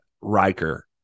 Riker